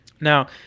Now